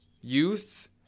youth